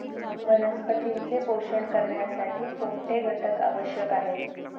वनस्पतींचे पोषण करण्यासाठी कोणते घटक आवश्यक आहेत?